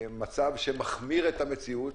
מצב שמחמיר את המציאות.